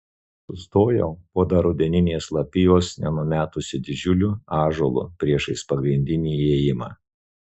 sustojau po dar rudeninės lapijos nenumetusiu didžiuliu ąžuolu priešais pagrindinį įėjimą